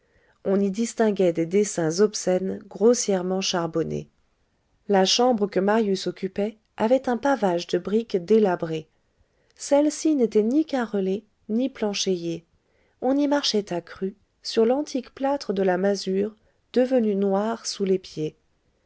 on y distinguait des dessins obscènes grossièrement charbonnés la chambre que marius occupait avait un pavage de briques délabré celle-ci n'était ni carrelée ni planchéiée on y marchait à cru sur l'antique plâtre de la masure devenu noir sous les pieds